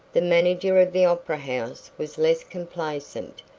the manager of the opera house was less complacent,